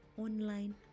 online